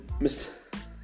Mr